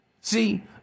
See